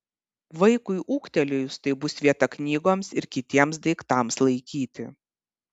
vaikui ūgtelėjus tai bus vieta knygoms ir kitiems daiktams laikyti